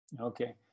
Okay